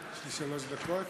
יש לי שלוש דקות?